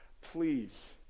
please